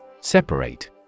Separate